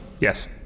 Yes